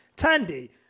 Tandy